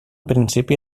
principi